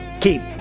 Keep